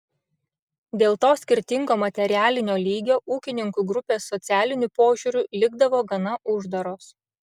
dėl to skirtingo materialinio lygio ūkininkų grupės socialiniu požiūriu likdavo gana uždaros